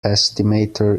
estimator